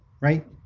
right